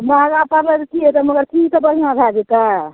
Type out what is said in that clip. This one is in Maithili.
महगा पड़लै तऽ कि हेतै मगर चीज तऽ बढ़िआँ भए जएतै